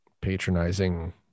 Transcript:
Patronizing